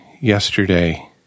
yesterday